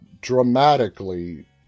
dramatically